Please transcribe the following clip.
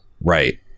Right